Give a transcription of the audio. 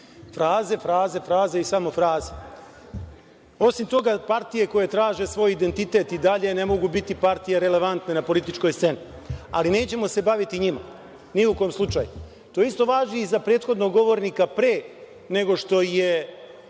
Fraze, fraze, fraze i samo fraze. Osim toga, partije koje traže svoj identitet, i dalje ne mogu biti partije relevantne na političkoj sceni, ali nećemo se baviti njima, ni u kom slučaju. To isto važi i za prethodnog govornika, pre nego što je